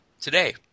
Today